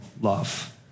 love